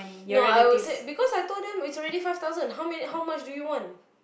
no I would said because I told them its already five thousand how many how much do you want